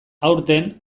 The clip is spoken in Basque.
aurten